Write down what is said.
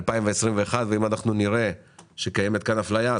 2021. ואם אנחנו נראה שקיימת כאן אפליה,